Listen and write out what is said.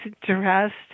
dressed